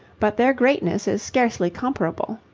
but their greatness is scarcely comparable.